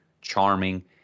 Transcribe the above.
charming